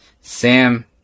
Sam